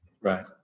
Right